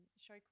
show